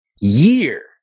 year